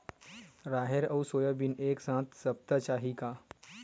राहेर अउ सोयाबीन एक साथ सप्ता चाही का?